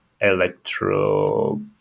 electro